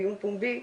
דיון פומבי,